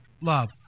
love